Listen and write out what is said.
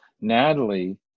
Natalie